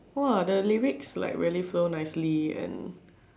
!wah! the lyrics like really flow nicely and